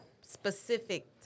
specific